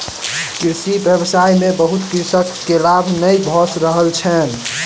कृषि व्यवसाय में बहुत कृषक के लाभ नै भ रहल छैन